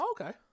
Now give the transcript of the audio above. okay